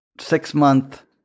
six-month